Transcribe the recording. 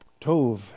Tov